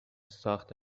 ساخت